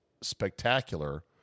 spectacular